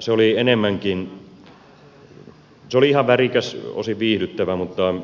se oli ihan värikäs osin viihdyttävä mutta